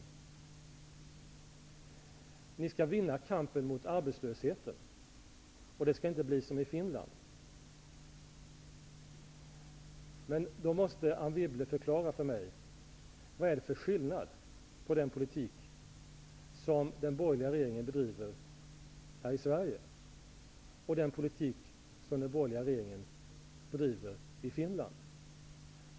Ni säger att ni skall vinna kampen mot arbetslösheten, och att det inte skall bli som i Finland. Då måste Anne Wibble förklara för mig vad det är för skillnad på den politik som den borgerliga regeringen här i Sverige bedriver och den politik som den borgerliga regeringen i Finland bedriver?